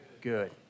good